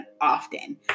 often